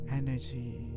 energy